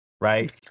right